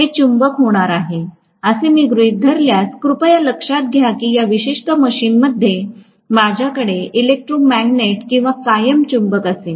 हे चुंबक होणार आहे असे मी गृहित धरल्यास कृपया लक्षात घ्या की या विशिष्ट मशीनमध्ये माझ्याकडे इलेक्ट्रोमॅग्नेट किंवा कायमचे चुंबक असेल